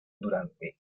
durante